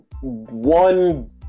one